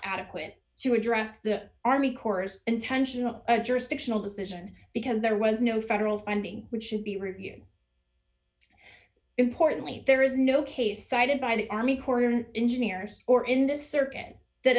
adequate to address the army chorus intentional jurisdictional decision because there was no federal funding which should be reviewed importantly there is no case cited by the army corps of engineers or in this circuit that